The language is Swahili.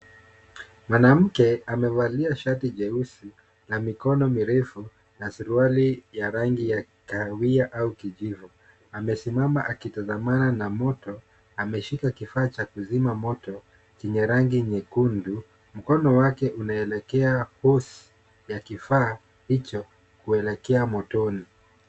Mwanamke amevalia shati jeusi na mikono mirefu na suruali ya rangi ya kahawai au kijivu. Amesimama akitazamana na moto ameshika kifaa cha kuzima moto chenye rangi nyekundu. Mkono wake unaelekea bus ya kifaa hicho kuelekea motoni.